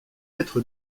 être